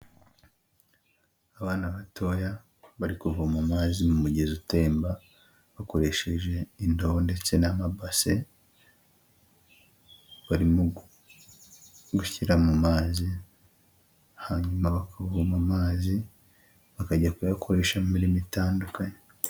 Abana batoya bari kuvoma amazi mu mugezi utemba, bakoresheje indobo ndetse n'amabase barimo gushyira mu mazi, hanyuma bakavoma amazi, bakajya kuyakoresha mu mirimo itandukanye.